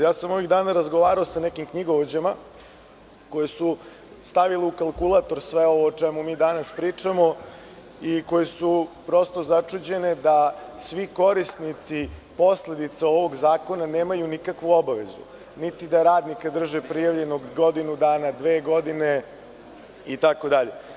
Ovih dana sam razgovarao sa nekim knjigovođama koji su stavili u kalkulator sve ovo o čemu mi danas pričamo i koji su prosto začuđeni da svi korisnici posledica ovog zakona nemaju nikakvu obavezu niti da radnika drže prijavljenog godinu dana, dve godine itd.